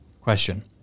question